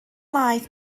laeth